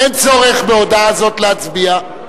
אין צורך, בהודעה הזאת, להצביע.